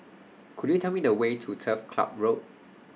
Could YOU Tell Me The Way to Turf Club Road